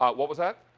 ah what was that?